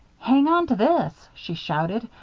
hang on to this, she shouted.